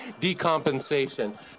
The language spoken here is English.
Decompensation